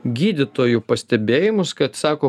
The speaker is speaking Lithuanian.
gydytojų pastebėjimus kad sako